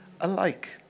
alike